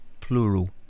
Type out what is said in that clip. plural